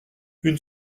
une